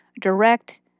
direct